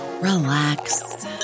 relax